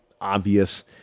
obvious